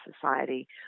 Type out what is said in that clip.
Society